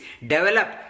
develop